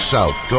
South